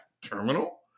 terminal